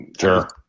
Sure